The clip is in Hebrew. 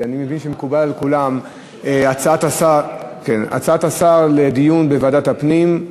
אני מבין שמקובלת על כולם הצעת השר לדון בוועדת הפנים.